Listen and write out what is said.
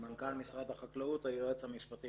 משרד המשפטים